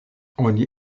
oni